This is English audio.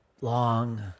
long